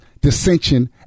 dissension